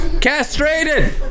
Castrated